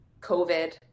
COVID